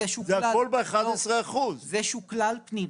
זה שוקלל.